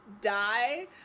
die